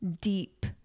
deep